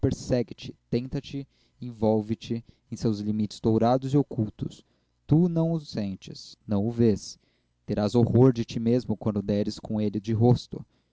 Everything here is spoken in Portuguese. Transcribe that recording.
tenta te envolve te em seus liames dourados e ocultos tu não o sentes não o vês terás horror de ti mesmo quando deres com ele de rosto